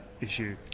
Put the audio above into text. issue